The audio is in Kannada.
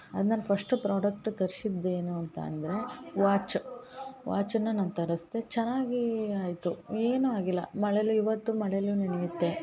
ಅದು ನನ್ನ ಫಸ್ಟ್ ಪ್ರಾಡಕ್ಟ್ ತರ್ಸಿದ್ದು ಏನೋ ಅಂತ ಅಂದರೆ ವಾಚ್ ವಾಚನ್ನ ನಾನು ತರಸ್ದೆ ಚೆನ್ನಾಗಿ ಆಯಿತು ಏನು ಆಗಿಲ್ಲ ಮಳೇಲು ಇವತ್ತು ಮಳೇಲು ನೆನೆಯುತ್ತೆ